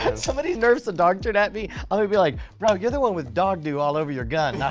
somebody nerfs a dog turd at me i'm going to be like, bro you're the one with dog doo all over your gun.